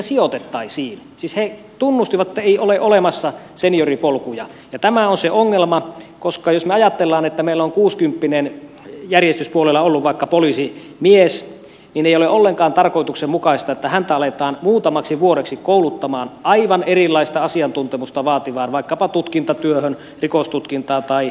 siis he tunnustivat että ei ole olemassa senioripolkuja ja tämä on se ongelma koska jos me ajattelemme että meillä on kuusikymppinen vaikka järjestyspuolella ollut poliisimies niin ei ole ollenkaan tarkoituksenmukaista että häntä aletaan muutamaksi vuodeksi kouluttaa aivan erilaista asiantuntemusta vaativaan vaikkapa tutkintatyöhön rikostutkintaan tai esimiestyöhön